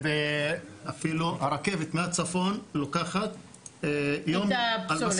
אפילו הרכבת מהצפון לוקחת יום יום --- את הפסולת.